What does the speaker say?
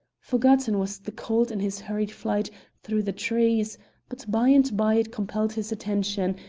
forgotten was the cold in his hurried flight through the trees but by-and-by it compelled his attention,